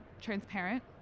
transparent